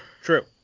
True